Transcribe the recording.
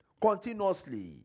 Continuously